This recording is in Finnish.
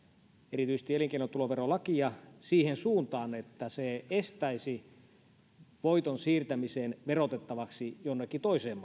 erityisesti elinkeinotuloverolakia siihen suuntaan että se estäisi voiton siirtämisen verotettavaksi jonnekin toiseen